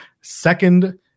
second